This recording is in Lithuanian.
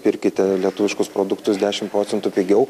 pirkite lietuviškus produktus dešimt procentų pigiau